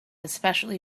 especially